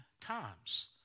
times